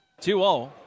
2-0